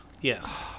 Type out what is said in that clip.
yes